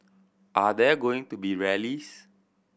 are there going to be rallies